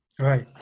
Right